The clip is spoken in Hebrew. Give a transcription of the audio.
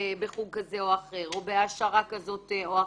בחוג כזה או אחר או בהעשרה כזאת או אחרת,